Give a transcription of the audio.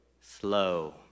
Slow